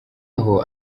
aho